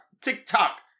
TikTok